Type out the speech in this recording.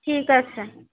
ঠিক আছে